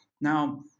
Now